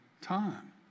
time